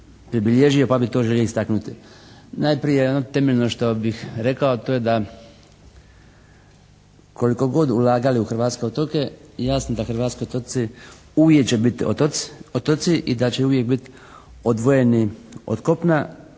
pribilježio pa bi to želio istaknuti. Najprije ono temeljno što bih rekao to je da koliko god ulagali u hrvatske otoke jasno sa hrvatskoj otoci uvijek će biti otoci i da će uvijek biti odvojeni od kopna.